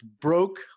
broke